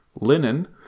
linen